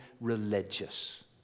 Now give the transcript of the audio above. religious